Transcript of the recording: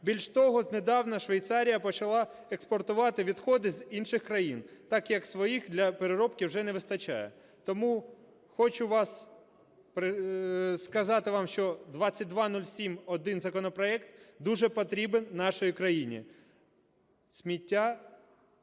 Більш того, недавно Швейцарія почала експортувати відходи з інших країн, так як своїх для переробки вже не вистачає. Тому хочу сказати вам, що 2207-1 законопроект дуже потрібен нашій країні.